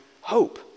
hope